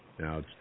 Now